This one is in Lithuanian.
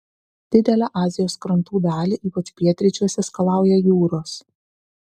didelę azijos krantų dalį ypač pietryčiuose skalauja jūros